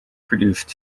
produced